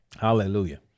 Hallelujah